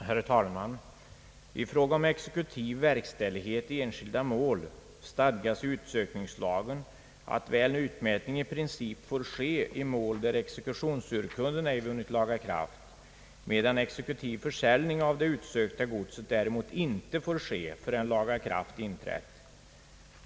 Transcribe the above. Herr talman! I fråga om exekutiv verkställighet i enskilda mål stadgas i utsökningslagen att väl utmätning i princip får ske i mål där exekutionsurkunden ej vunnit laga kraft, medan exekutiv försäljning av det utsökta godset däremot inte får ske förrän laga kraft inträtt.